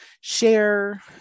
share